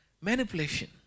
Manipulation